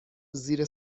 زیر